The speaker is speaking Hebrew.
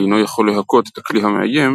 אינו יכול להכות את הכלי המאיים,